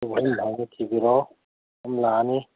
ꯎꯍꯜ ꯍꯥꯏꯅ ꯊꯤꯕꯤꯔꯛꯑꯣ ꯑꯗꯨꯝ ꯂꯥꯛꯑꯅꯤ